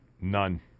none